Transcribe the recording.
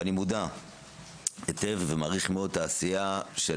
ואני מודע היטב ומעריך מאוד את העשייה של